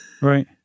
right